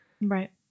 Right